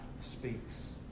speaks